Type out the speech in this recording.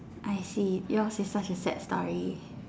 I see yours is such a sad story